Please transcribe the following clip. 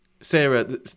Sarah